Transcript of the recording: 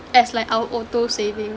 as like our auto saving